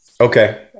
okay